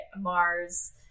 Mars